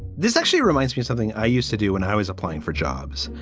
this actually reminds me of something i used to do when i was applying for jobs.